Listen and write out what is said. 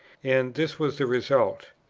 and this was the result.